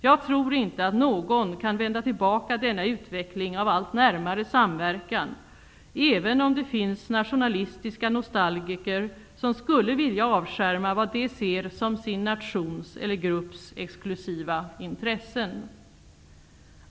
Jag tror inte att någon kan vända tillbaka denna utveckling av allt närmare samverkan, även om det finns nationalistiska nostalgiker som skulle vilja avskärma vad de ser som sin nations eller grupps exklusiva intressen.